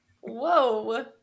Whoa